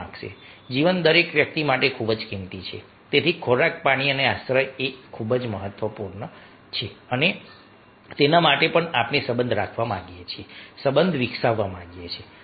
જીવન દરેક વ્યક્તિ માટે ખૂબ જ કિંમતી છે તેથી ખોરાક પાણી અને આશ્રય આ ખૂબ જ મહત્વપૂર્ણ છે અને તેના માટે પણ આપણે સંબંધ રાખવા માંગીએ છીએ સંબંધ વિકસાવવા માંગીએ છીએ